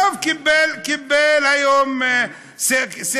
סטירה מהיועץ המשפטי של הכנסת.